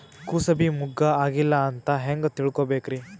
ಕೂಸಬಿ ಮುಗ್ಗ ಆಗಿಲ್ಲಾ ಅಂತ ಹೆಂಗ್ ತಿಳಕೋಬೇಕ್ರಿ?